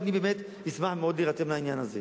ואני באמת אשמח מאוד להירתם לעניין הזה.